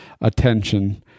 attention